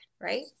right